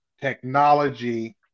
technology